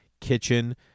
kitchen